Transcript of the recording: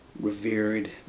revered